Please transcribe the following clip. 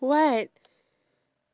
what